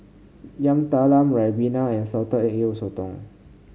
Yam Talam ribena and Salted Egg Yolk Sotong